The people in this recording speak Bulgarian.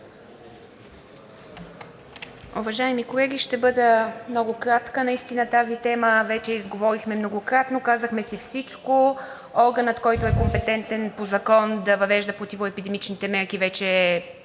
Уважаеми колеги, ще бъда много кратка. Наистина тази тема вече я изговорихме многократно, казахме си всичко. Органът, който е компетентен по закон да въвежда противоепидемичните мерки, вече е